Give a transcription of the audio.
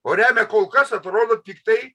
o remia kol kas atrodo tiktai